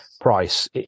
price